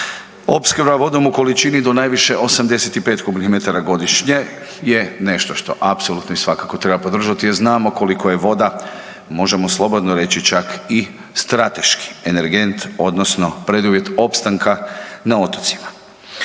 Opskrba vodom u količini do najviše 85 kubnih metara godišnje je nešto što apsolutno i svakako treba podržati jer znamo koliko je voda, možemo slobodno reći, čak i strateški energent odnosno preduvjet opstanka na otocima.